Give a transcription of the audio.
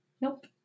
Nope